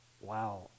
Wow